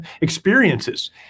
experiences